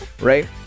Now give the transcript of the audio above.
right